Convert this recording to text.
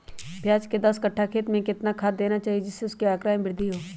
प्याज के दस कठ्ठा खेत में कितना खाद देना चाहिए जिससे उसके आंकड़ा में वृद्धि हो?